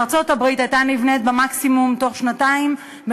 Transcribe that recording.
בארצות-הברית הייתה נבנית בתוך שנתיים מקסימום,